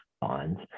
bonds